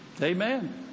Amen